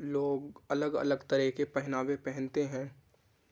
لوگ الگ الگ طرح کے پہناوے پہنتے ہیں